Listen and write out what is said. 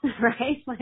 right